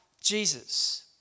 Jesus